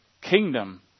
kingdom